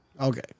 okay